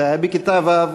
"זה היה בכיתה ו',